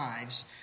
lives